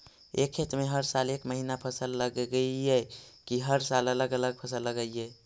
एक खेत में हर साल एक महिना फसल लगगियै कि हर साल अलग अलग फसल लगियै?